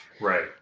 right